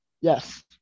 Yes